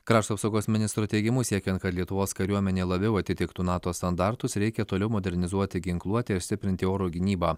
krašto apsaugos ministro teigimu siekiant kad lietuvos kariuomenė labiau atitiktų nato standartus reikia toliau modernizuoti ginkluotę ir stiprinti oro gynybą